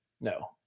no